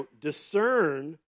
discern